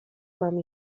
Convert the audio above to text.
mam